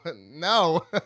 no